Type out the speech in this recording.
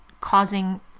causing